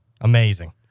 Amazing